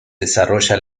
desarrolla